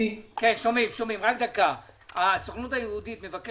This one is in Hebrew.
מיעוט הון בישראל לעובד ביחס